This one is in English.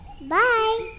Bye